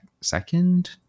Second